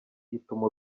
ituma